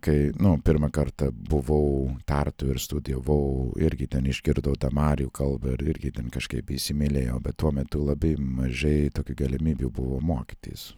kai nu pirmą kartą buvau tartu ir studijavau irgi ten išgirdau tą marių kalba ir irgi kažkaip įsimylėjau bet tuo metu labai mažai tokių galimybių buvo mokytis